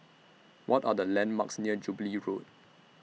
What Are The landmarks near Jubilee Road